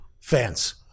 fans